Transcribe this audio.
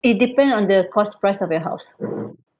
it depends on the cost price of your house